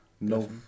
No